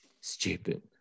stupid